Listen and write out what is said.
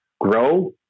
grow